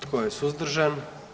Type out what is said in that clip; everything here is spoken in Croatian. Tko je suzdržan?